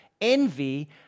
envy